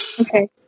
Okay